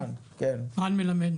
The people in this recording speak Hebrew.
רן מלמד,